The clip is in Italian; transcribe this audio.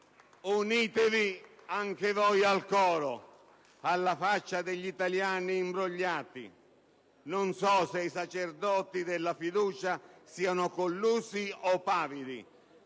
Unitevi anche voi al coro, alla faccia degli italiani imbrogliati. Non so se i sacerdoti della fiducia siano collusi o pavidi;